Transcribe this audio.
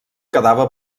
quedava